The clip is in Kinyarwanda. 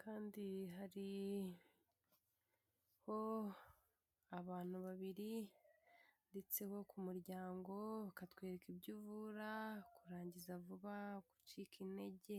kandi hariho abantu babiri ndetse bo ku muryango bakatwereka ibyo uvura, kurangiza vuba, gucika intege.